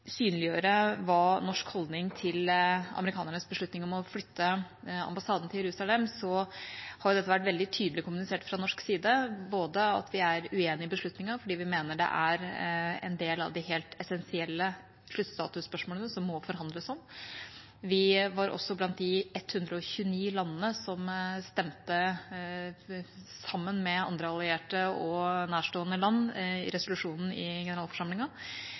synliggjøre hva norsk holdning er til amerikanernes beslutning om å flytte ambassaden til Jerusalem, vil jeg si at det har vært veldig tydelig kommunisert fra norsk side at vi er uenig i beslutningen, fordi vi mener det er en del av de helt essensielle sluttstatusspørsmålene som det må forhandles om. Vi var også blant de 129 landene som stemte sammen med andre allierte og nærstående land i resolusjonen i